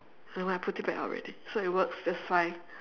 nevermind I put it back up already so it works that's fine